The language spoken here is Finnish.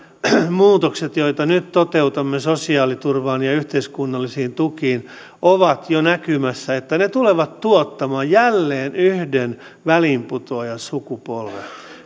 muutokset joita nyt toteutamme sosiaaliturvaan ja yhteiskunnallisiin tukiin ovat jo näkymässä että ne tulevat tuottamaan jälleen yhden väliinputoajasukupolven